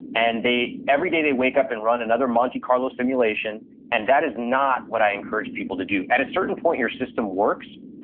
and every day they wake up and run another monte carlo simulation and that is not what i encourage people to do at a certain point your system works,